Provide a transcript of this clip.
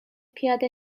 پیاده